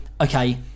Okay